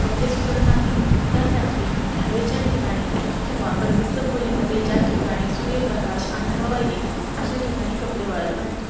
कपडे सुकत नाहीत त्यासाठी हवेच्या ठिकाणी किंवा बंदिस्त खोलीमध्ये ज्या ठिकाणी सूर्यप्रकाश आणि हवा येईल अशा ठिकाणी कपडे वाळत घालतो